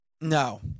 No